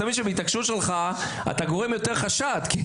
אתה מבין שבהתעקשות שלך אתה גורם יותר חשד כי